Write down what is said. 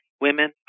women